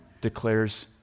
declares